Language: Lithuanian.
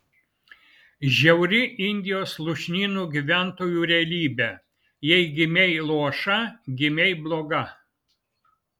žiauri indijos lūšnynų gyventojų realybė jei gimei luoša gimei bloga